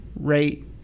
Rate